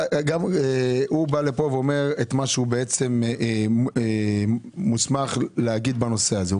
הוא אומר את מה שהוא בעצם מוסמך להגיד בנושא הזה.